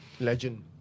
legend